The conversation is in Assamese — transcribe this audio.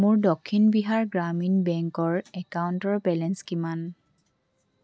মোৰ দক্ষিণ বিহাৰ গ্ৰামীণ বেংকৰ একাউণ্টৰ বেলেঞ্চ কিমান